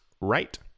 Right